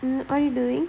mmhmm what you doing